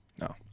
No